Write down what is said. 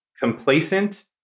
complacent